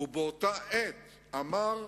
ובאותה עת אמר: